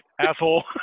asshole